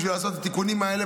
בשביל לעשות את התיקונים האלה,